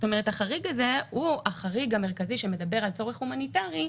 כלומר החריג הזה הוא החריג המרכזי שמדבר על צורך הומניטרי,